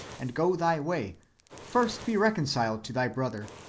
and go thy way first be reconciled to thy brother,